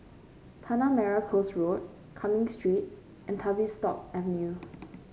Tanah Merah Coast Road Cumming Street and Tavistock Avenue